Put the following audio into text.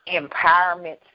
empowerment